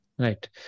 Right